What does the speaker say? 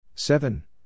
Seven